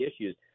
issues